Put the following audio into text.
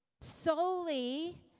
solely